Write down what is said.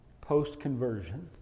Post-conversion